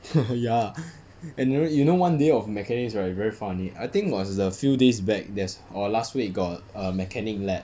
ya and you know you know one day of mechanics right very funny I think was the few days back there's or last week got a mechanic lab